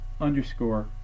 underscore